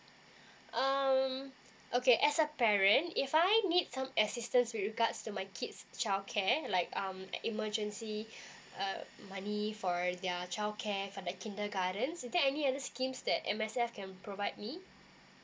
um okay as a parent if I need some assistance with regards to my kids childcare like um emergency uh money for their childcare for the kindergartens is there any other schemes that M_S_F can provide me